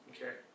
Okay